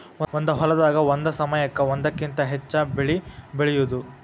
ಒಂದ ಹೊಲದಾಗ ಒಂದ ಸಮಯಕ್ಕ ಒಂದಕ್ಕಿಂತ ಹೆಚ್ಚ ಬೆಳಿ ಬೆಳಿಯುದು